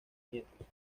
nietos